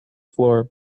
floor